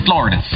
Florida